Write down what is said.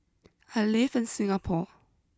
I live in Singapore